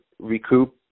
Recoup